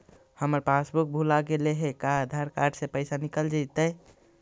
हमर पासबुक भुला गेले हे का आधार कार्ड से पैसा निकल जितै?